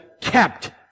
kept